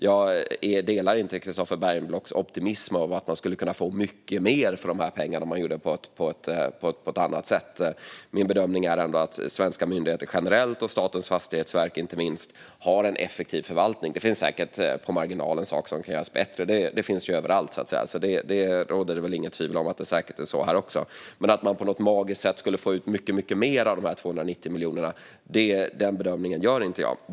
Jag delar inte Christofer Bergenblocks optimism att man skulle kunna få mycket mer för de här pengarna om man gjorde på ett annat sätt. Min bedömning är att svenska myndigheter generellt och Statens fastighetsverk inte minst har en effektiv förvaltning. Det finns säkert saker i marginalen som kan göras bättre. Det finns det ju överallt, det råder det inget tvivel om, och det är säkert så också här. Men att man på något magiskt sätt skulle kunna få ut mycket mer av de här 290 miljonerna, den bedömningen gör inte jag.